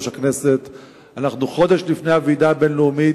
אנחנו חודש לפני הוועידה הבין-לאומית,